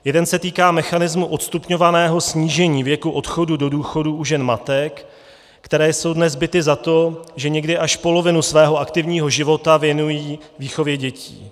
Jeden se týká mechanismu odstupňovaného snížení věku odchodu do důchodu u žen matek, které jsou dnes bity za to, že někdy až polovinu svého aktivního života věnují výchově dětí.